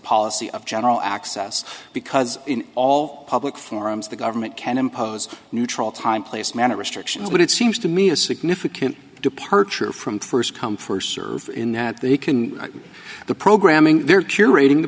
policy of general access because in all public forums the government can impose a neutral time place manner restrictions but it seems to me a significant departure from first come first serve in that they can do the programming they're curating the